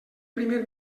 primer